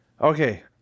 Okay